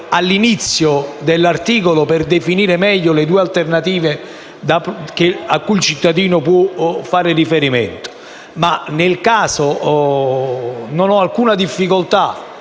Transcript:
all'inizio dell'articolo per definire meglio le due alternative a cui il cittadino può fare riferimento, ma nel caso non ho alcuna difficoltà